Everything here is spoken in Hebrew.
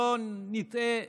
שלא נטעה,